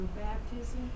baptism